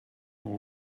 all